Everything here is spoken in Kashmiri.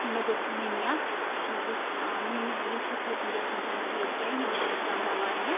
مےٚ دوٚپ مٔمِیَس مےٚ دوٚپُس ٲں مٔمیاہ یِم ہیٚکہوک نہٕ یَتھ منٛز تھ یتھ کیٚنٛہہ یِمَن ہیٚکہِ کانٛہہ بَلاے نِتھ